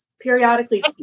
periodically